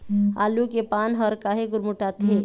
आलू के पान हर काहे गुरमुटाथे?